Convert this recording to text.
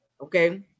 Okay